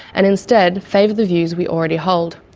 and instead favour the views we already hold.